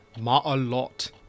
Ma'alot